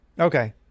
Okay